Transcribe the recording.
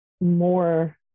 more